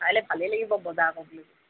কাইলৈ ভালেই লাগিব বজাৰ কৰিবলৈ